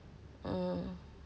hmm